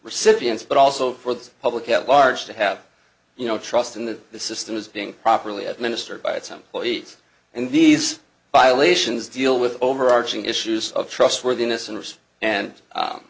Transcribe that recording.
recipients but also for the public at large to have you know trust in the system is being properly administered by its employees and these violations deal with overarching issues of trustworthiness and